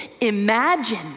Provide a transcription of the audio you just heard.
imagine